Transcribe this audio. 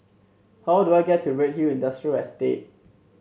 how do I get to Redhill Industrial Estate